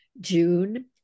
June